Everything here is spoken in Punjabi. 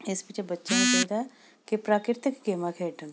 ਇਸ ਵਿੱਚ ਬੱਚਿਆਂ ਨੂੰ ਚਾਹੀਦਾ ਕਿ ਪ੍ਰਾਕਿਰਤਿਕ ਗੇਮਾਂ ਖੇਡਣ